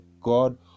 God